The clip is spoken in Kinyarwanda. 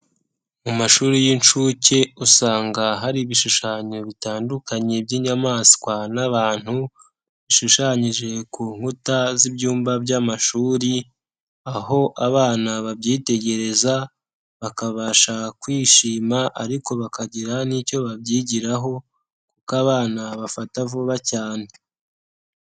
Mu mashuri y'inshuke usanga hari ibishushanyo bitandukanye by'inyamaswa n'abantu, bishushanyije ku nkuta z'ibyumba by'amashuri, aho abana babyitegereza, bakabasha kwishima ariko bakagira n'icyo babyigiraho kuko abana bafata vuba cyane.